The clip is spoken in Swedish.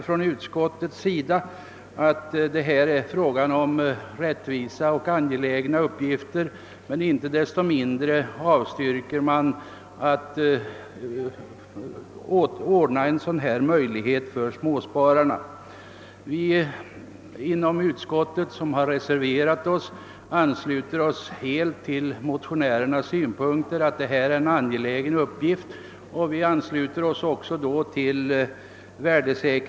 Även utskottet anser att det här är fråga om en angelägen uppgift och även en fråga om rättvisa, men inte desto mindre avstyrker utskottet förslaget, att man skall ordna en sådan här möjlighet för småspararna. Vi inom utskottet som har reserverat oss ansluter oss helt till motionärernas synpunkter, att detta är en angelägen uppgift, och därmed även till värdesäkringskommitténs «uppfattning.